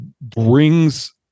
brings